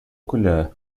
colher